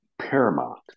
paramount